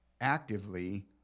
actively